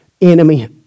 enemy